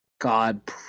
god